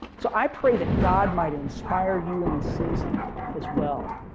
so i pray that god might inspire you in this season as well.